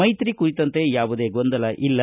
ಮೈತ್ರಿ ಕುರಿತಂತೆ ಯಾವುದೇ ಗೊಂದಲ ಇಲ್ಲ